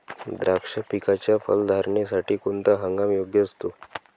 द्राक्ष पिकाच्या फलधारणेसाठी कोणता हंगाम योग्य असतो?